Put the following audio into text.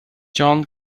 john